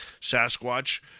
Sasquatch